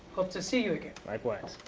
hope to see you again. likewise.